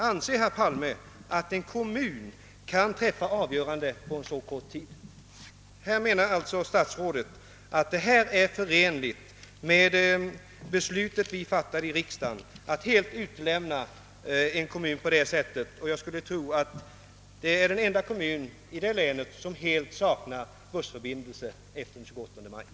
Anser verkligen herr Palme att en kommun kan träffa ett avgörande på så kort tid? Och menar statsrådet att det står i överensstämmelse med det beslut vi fattat här i riksdagen att helt utlämna en kommun på detta sätt? Jag tror att den kommun det här gäller är den enda i hela länet som efter den 28 maj står utan bussförbindelse.